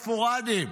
ספורדיים,